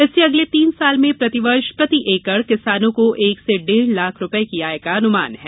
इससे अगले तीन साल में प्रति वर्ष प्रति एकड़ किसानों को एक से डेढ़ लाख रुपए की आय का अनुमान है